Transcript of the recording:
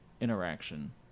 interaction